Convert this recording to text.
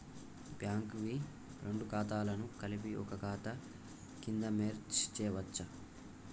Bank వి రెండు ఖాతాలను కలిపి ఒక ఖాతా కింద మెర్జ్ చేయచ్చా?